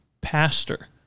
pastor